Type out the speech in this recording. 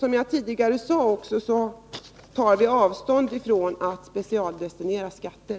Vi har ju också tagit avstånd från att specialdestinera skatter.